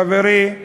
חברי,